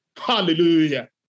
Hallelujah